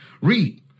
Read